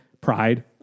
pride